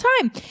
time